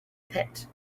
pit